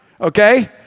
okay